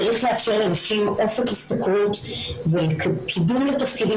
צריך לאפשר לנשים אופק השתכרות וקידום לתפקידים